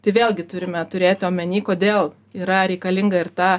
tai vėlgi turime turėti omeny kodėl yra reikalinga ir ta